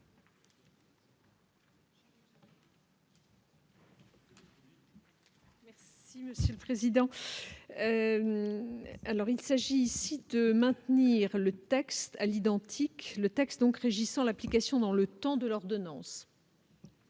Merci monsieur le président, alors il s'agit ici de maintenir le texte à l'identique le texte donc régissant l'application dans le temps de l'ordonnance.